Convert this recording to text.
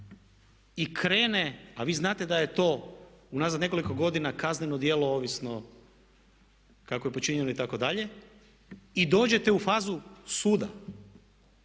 i krene, a vi znate da je to u nazad nekoliko godina kazneno djelo ovisno kako je počinjeno itd. i dođete u fazu suda,